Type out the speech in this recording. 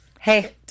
hey